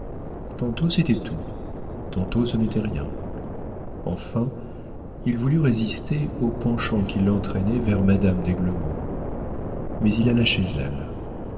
tantôt c'était tout tantôt ce n'était rien enfin il voulut résister au penchant qui l'entraînait vers madame d'aiglemont mais il alla chez elle